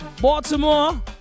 Baltimore